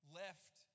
left